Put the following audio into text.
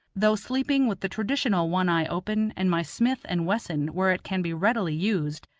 though sleeping with the traditional one eye open and my smith and wesson where it can be readily used,